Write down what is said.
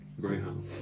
Greyhound